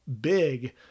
big